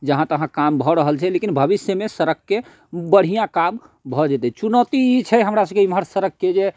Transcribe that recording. जहाँ तहाँ काम भऽ रहल छै लेकिन भविष्यमे सड़कके बढ़िआँ काम भऽ जेतै चुनौती ई छै हमरासबके एम्हर सड़कके जे